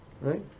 right